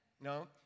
No